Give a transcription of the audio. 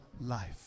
life